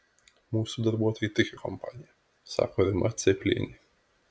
mūsų darbuotojai tiki kompanija sako rima cėplienė